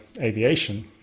aviation